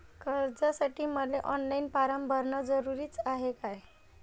कर्जासाठी मले online form भरन जरुरीच हाय का?